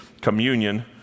communion